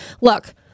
Look